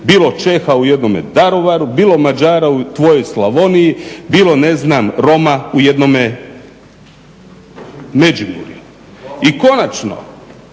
bilo Čeha u jednome Daruvaru, bilo Mađara u tvojoj Slavoniji, bilo ne znam Roma u jednome Međimurju. I konačno,